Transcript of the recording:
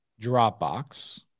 dropbox